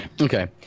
Okay